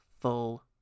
full